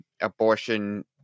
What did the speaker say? abortion